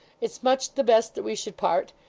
it's much the best that we should part.